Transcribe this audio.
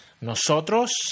Nosotros